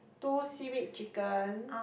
two seaweed chicken